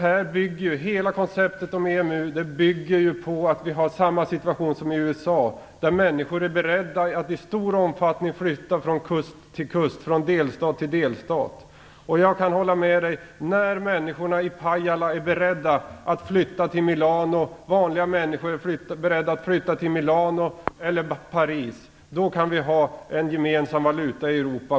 Hela EMU-konceptet bygger ju på att vi har samma situation som i USA, där människor är beredda att i stor omfattning flytta från kust till kust, från delstat till delstat. Jag kan hålla med: När vanliga människor i Pajala är beredda att flytta till Milano eller Paris, då kan vi ha en gemensam valuta i Europa.